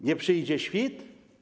Nie przyjdzie świt?